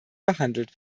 behandelt